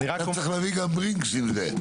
אתה צריך להביא גם ברינקס עם זה.